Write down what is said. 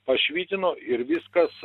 pašvytino ir viskas